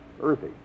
earthy